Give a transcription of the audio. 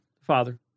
Father